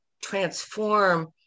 transform